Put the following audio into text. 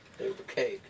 Okay